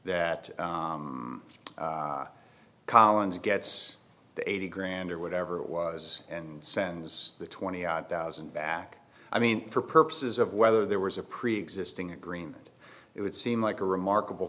that collins gets the eighty grand or whatever it was and sends the twenty odd thousand back i mean for purposes of whether there was a preexisting agreement it would seem like a remarkable